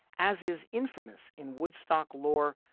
as is infamous in woodstock law.